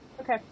Okay